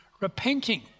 repenting